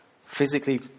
physically